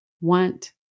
want